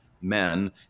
men